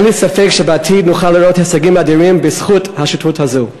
אין לי ספק שבעתיד נוכל לראות הישגים אדירים בזכות השותפות הזאת.